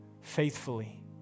faithfully